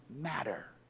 matter